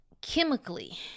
chemically